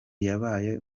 yabaye